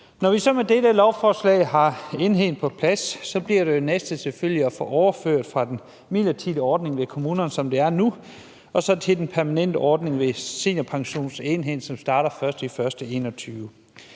Når vi så med dette lovforslag har enheden på plads, bliver det næste selvfølgelig at få det overført fra den midlertidige ordning ved kommunerne, sådan som det er nu, og så til den permanente ordning ved seniorpensionsenheden, som starter den 1.